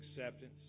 acceptance